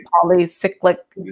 polycyclic